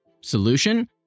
Solution